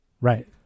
Right